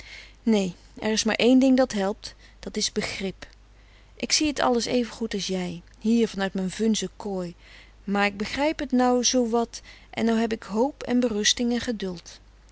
er is maar één ding dat helpt dat is begrip ik zie t alles evengoed als jij hier van uit m'n vunze kooi maar ik begrijp t nou zoowat en nou heb ik hoop en berusting en geduld